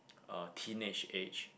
uh teenage age